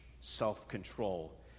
self-control